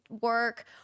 work